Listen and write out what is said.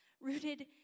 Rooted